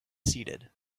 seated